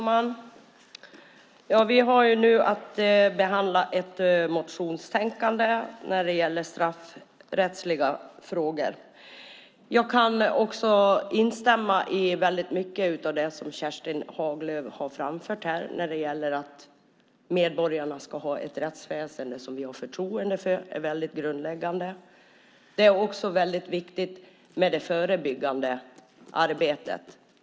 Herr talman! Vi har nu att behandla ett motionsbetänkande om straffrättsliga frågor. Jag kan instämma i mycket av det Kerstin Haglö har framfört i fråga om att medborgarna ska ha tillgång till ett rättsväsen som de har förtroende för. Det är grundläggande. Det är också viktigt med det förebyggande arbetet.